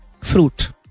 fruit